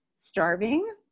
starving